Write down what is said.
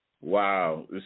Wow